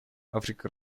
африка